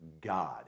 God